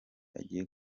agiye